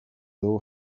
dugu